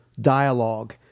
dialogue